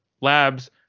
labs